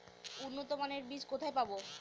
উন্নতমানের বীজ কোথায় পাব?